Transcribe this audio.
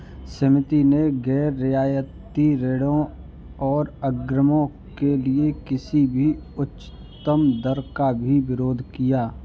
समिति ने गैर रियायती ऋणों और अग्रिमों के लिए किसी भी उच्चतम दर का भी विरोध किया